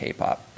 K-pop